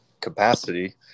capacity